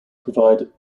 provide